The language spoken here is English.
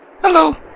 Hello